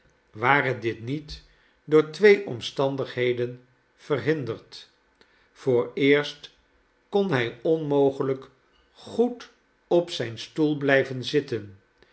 ware dit niet door twee omstandigheden verhinderd vooreerst kon hij onmogelijk goed op zijn stoel blijven zitten